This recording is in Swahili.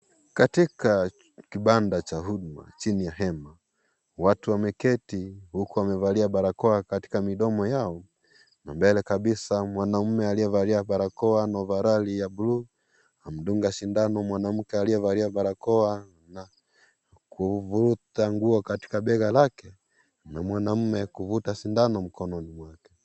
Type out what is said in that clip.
Katika kibanda cha huduma chini ya hema, watu wameketi huku wamevalia barakoa katika midomo yao, na mbele kabisa mwanaume aliyevalia barakoa na ovarali ya buluu, amemdunga sindano mwanamke aliyevalia barakoa na kuvuruta nguo katika bega lake, na mwanaume kuvuta sindano mkononi mwake.